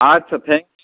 আচ্ছা thank U